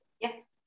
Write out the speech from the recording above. Yes